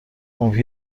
ممکنه